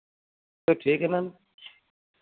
तो ठीक है मैम